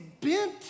bent